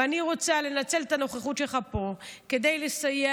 ואני רוצה לנצל את הנוכחות שלך פה כדי לסייע